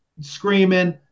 screaming